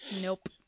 Nope